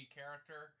character